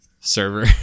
server